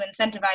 incentivize